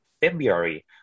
February